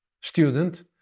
student